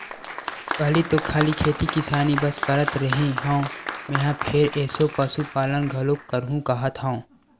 पहिली तो खाली खेती किसानी बस करत रेहे हँव मेंहा फेर एसो पसुपालन घलोक करहूं काहत हंव